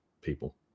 people